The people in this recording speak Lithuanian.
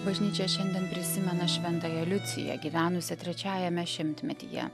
bažnyčia šiandien prisimena šventąją liuciją gyvenusią trečiajame šimtmetyje